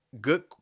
good